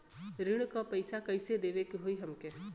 ऋण का पैसा कइसे देवे के होई हमके?